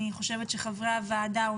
אני חושבת שחברי הוועדה,